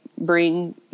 bring